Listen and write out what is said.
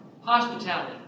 Hospitality